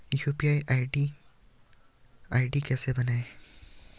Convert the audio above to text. UPI ID कैसे बनायें?